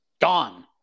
gone